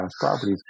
properties